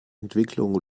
entwicklung